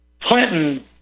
Clinton